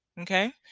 Okay